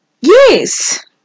Yes